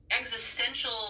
Existential